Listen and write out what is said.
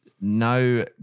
No